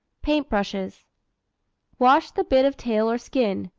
paint brushes wash the bit of tail or skin,